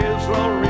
Israel